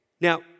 Now